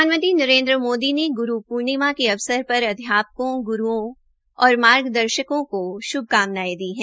प्रधानमंत्री नरेन्द्र मोदी ने ग्रू पूर्णिमा के अवसर पर अध्यापकों ग्रूओं और मार्ग दर्शकों को श्भकामनये दी है